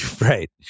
Right